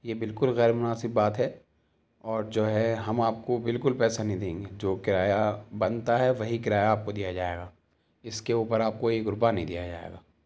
یہ بالکل غیرمناسب بات ہے اور جو ہے ہم آپ کو بالکل پیسہ نہیں دیں گے جو کرایہ بنتا ہے وہی کرایہ آپ کو دیا جائے گا اس کے اوپر آپ کو ایک روپیہ نہیں دیا جائے گا